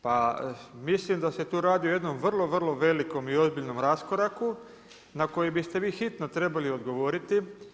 Pa mislim da se tu radi o jednom vrlo, vrlo velikom i ozbiljnom raskoraku na koji biste vi hitno trebali odgovoriti.